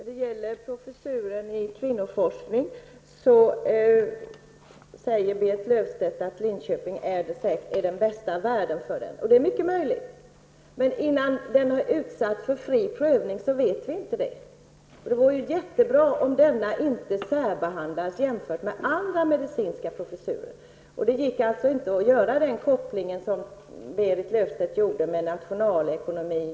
Herr talman! Berit Löfstedt säger att Linköping säkert är den bästa värden för professuren i kvinnoforskning. Det är mycket möjligt, men innan den varit utsatt för fri prövning vet vi inte det. Det vore jättebra, om denna professur inte särbehandlades jämfört med andra medicinska professurer. Det går inte att göra den koppling som Berit Löfstedt gjorde med nationalekonomi.